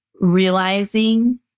realizing